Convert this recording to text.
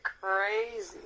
crazy